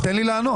תן לי לענות.